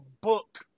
book